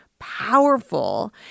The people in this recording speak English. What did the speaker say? powerful